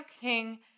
King